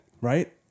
Right